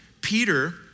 Peter